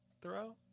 throw